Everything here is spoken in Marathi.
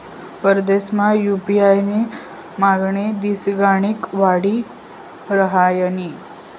परदेसमा यु.पी.आय नी मागणी दिसगणिक वाडी रहायनी